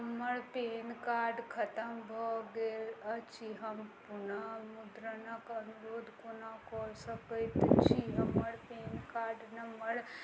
हमर पेनकार्ड खतम भऽ गेल अछि हम अपना मुद्रणक अनुरोध कोना कऽ सकैत छी हमर पेनकार्ड नम्मर